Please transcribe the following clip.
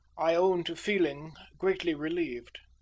i own to feeling greatly relieved.